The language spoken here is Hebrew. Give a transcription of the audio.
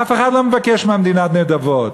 אף אחד לא מבקש מהמדינה נדבות.